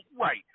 right